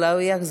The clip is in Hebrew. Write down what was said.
אולי הוא יחזור.